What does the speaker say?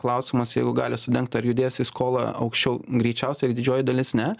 klausimas jeigu gali sudengt ar judės į skolą aukščiau greičiausia ir didžioji dalis ne